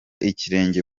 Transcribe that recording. ikirenge